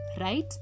Right